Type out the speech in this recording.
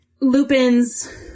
Lupin's